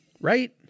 Right